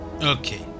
Okay